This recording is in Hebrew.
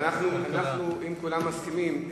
אם כולם מסכימים,